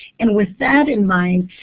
and with that in mind,